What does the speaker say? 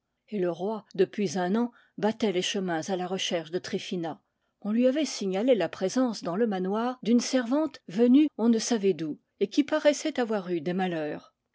et le roi depuis un an battait les chemins à la re cherche de tryphina on lui avait signalé la présence dans le manoir d'une servante venue on ne savait d'où et qui paraissait avoir eu des malheurs